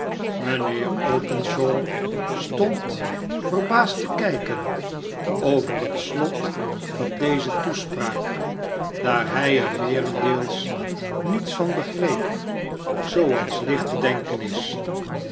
mijnheer openshaw stond verbaasd tekijken over het slot van deze toespraak daar hij er meerendeels niets van begreep zooals licht te denken is